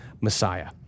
Messiah